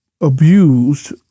abused